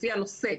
לפי הנושא,